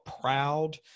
proud